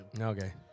Okay